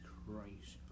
Christ